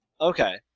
Okay